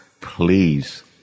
Please